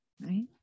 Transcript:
right